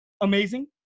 amazing